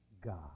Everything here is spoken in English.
God